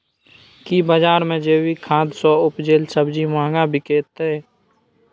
की बजार मे जैविक खाद सॅ उपजेल सब्जी महंगा बिकतै?